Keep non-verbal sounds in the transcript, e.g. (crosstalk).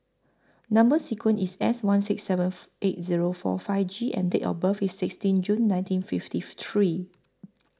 Number sequence IS S one six seven eight Zero four five G and Date of birth IS sixteen June nineteen fifty (unintelligible) three